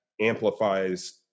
amplifies